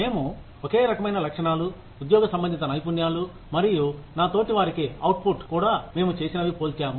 మేము ఒకే రకమైన లక్షణాలు ఉద్యోగ సంబంధిత నైపుణ్యాలు మరియు నా తోటి వారికి అవుట్పుట్ కూడా మేము చేసినవి పోల్చాము